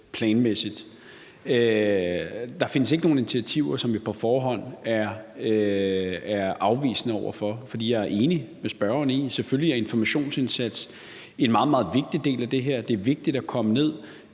planmæssigt. Der findes ikke nogen initiativer, som jeg på forhånd er afvisende over for, for jeg enig med spørgeren i, at selvfølgelig er informationsindsatsen en meget, meget vigtig del af det her. Det er vigtigt at komme ned